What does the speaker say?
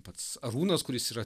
pats arūnas kuris yra